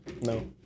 No